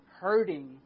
hurting